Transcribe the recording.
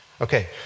Okay